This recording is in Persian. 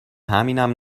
همینم